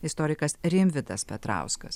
istorikas rimvydas petrauskas